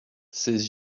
ses